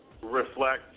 reflect